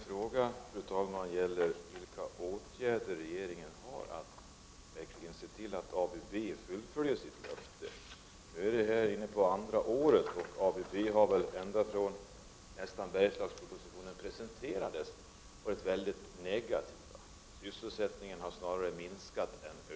Fru talman! Jag har frågat vilka åtgärder regeringen har vidtagit när det gäller att se till att ABB verkligen fullföljer sitt avgivna löfte. Nu är vi inne på det andra året. Men nästan ända sedan Bergslagspropositionen presenterades har man från ABB:s sida varit väldigt negativ. Sysselsättningen i Ludvika har snarare minskat.